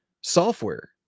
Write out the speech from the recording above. software